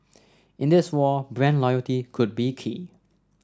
in this war brand loyalty could be key